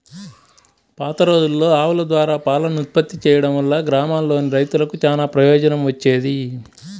పాతరోజుల్లో ఆవుల ద్వారా పాలను ఉత్పత్తి చేయడం వల్ల గ్రామాల్లోని రైతులకు చానా ప్రయోజనం వచ్చేది